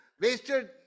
wasted